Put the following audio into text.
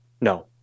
No